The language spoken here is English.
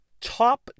top